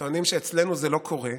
טוענים שאצלנו זה לא קורה,